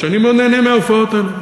שאני מאוד נהנה מההופעות האלה,